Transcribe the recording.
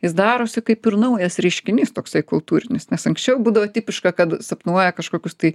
jis darosi kaip ir naujas reiškinys toksai kultūrinis nes anksčiau būdavo tipiška kad sapnuoja kažkokius tai